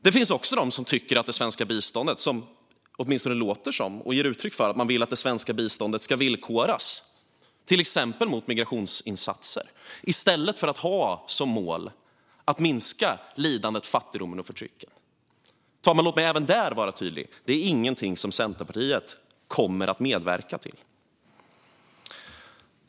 Det finns också de som tycker eller åtminstone ger uttryck för att det svenska biståndet ska villkoras, till exempel mot migrationsinsatser, i stället för att ha som mål att minska lidandet, fattigdomen och förtrycket. Låt mig även vara tydlig med detta, fru talman. Detta är ingenting som Centerpartiet kommer att medverka till.